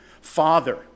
father